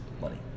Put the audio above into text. money